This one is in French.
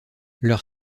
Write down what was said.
leur